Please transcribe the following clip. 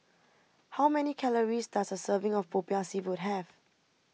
how many calories does a serving of Popiah Seafood have